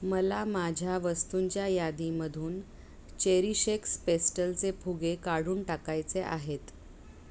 मला माझ्या वस्तूंच्या यादीमधून चेरीशेक्स पेस्टलचे फुगे काढून टाकायचे आहेत